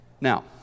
Now